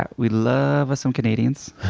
ah we love us some canadians.